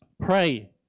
pray